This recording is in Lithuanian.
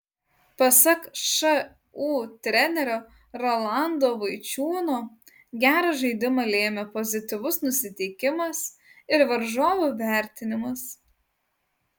pasak šu trenerio rolando vaičiūno gerą žaidimą lėmė pozityvus nusiteikimas ir varžovų vertinimas